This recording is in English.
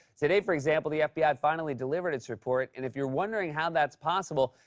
today, for example, the fbi finally delivered its report, and if you're wondering how that's possible,